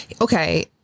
okay